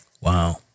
Wow